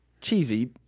cheesy